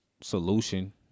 solution